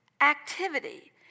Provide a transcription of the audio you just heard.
activity